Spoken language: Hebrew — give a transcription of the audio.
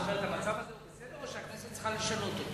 האם הכנסת צריכה לשנות אותו?